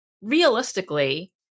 realistically